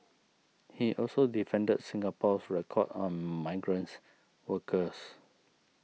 he also defended Singapore's record on migrants workers